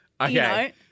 Okay